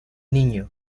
niño